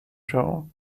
show